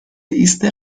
ایست